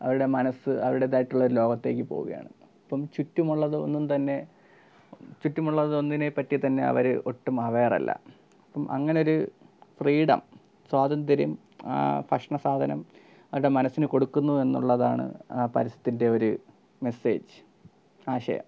അവരുടെ മനസ്സ് അവരുടേതായിട്ടുള്ള ഒരു ലോകത്തേക്ക് പോവുകയാണ് അപ്പം ചുറ്റുമുള്ളത് ഒന്നും തന്നെ ചുറ്റുമുള്ളത് ഒന്നിനെപ്പറ്റി തന്നെ അവർ ഒട്ടും അവേർ അല്ല അപ്പം അങ്ങനെയൊരു ഫ്രീഡം സ്വാതന്ത്യം ആ ഭക്ഷണ സാധനം അവരുടെ മനസ്സിന് കൊടുക്കുന്നു എന്നുള്ളതാണ് ആ പരസ്യത്തിൻ്റെ ഒരു മെസ്സേജ് ആശയം